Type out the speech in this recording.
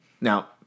now